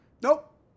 Nope